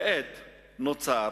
כעת נוצר